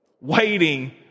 waiting